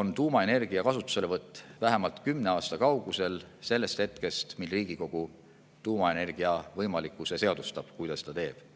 on tuumaenergia kasutuselevõtt vähemalt 10 aasta kaugusel sellest hetkest, mil Riigikogu tuumaenergia võimalikkuse seadustab, kui ta seda teeb.